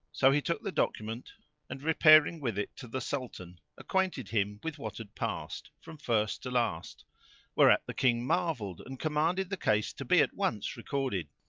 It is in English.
so he took the document and, repairing with it to the sultan, acquainted him with what had passed, from first to last whereat the king marvelled and commanded the case to be at once recorded.